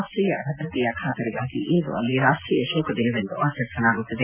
ರಾಷ್ಟೀಯ ಭದ್ರತೆಯ ಖಾತರಿಗಾಗಿ ಇಂದು ಅಲ್ಲಿ ರಾಷ್ಟೀಯ ಶೋಕ ದಿನವೆಂದು ಆಚರಿಸಲಾಗುತ್ತಿದೆ